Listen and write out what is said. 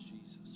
Jesus